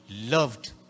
loved